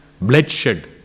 Bloodshed